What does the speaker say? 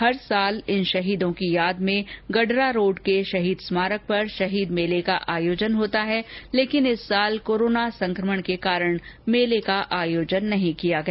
हर साल इन शहीदों की याद में गडरारोड के शहीद स्मारक पर शहीद मेले का आयोजन होता है लेकिन इस साल कोरोन संक्रमण के कारण मेले का आयोजन नहीं किया गया